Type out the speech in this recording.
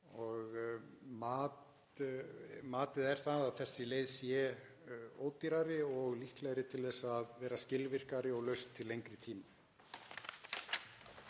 Matið er það að þessi leið sé ódýrari og líklegri til að vera skilvirkari og lausn til lengri tíma.